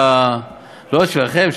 לא רק שלכם,